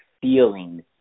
feeling